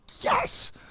yes